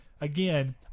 again